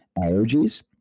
allergies